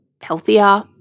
healthier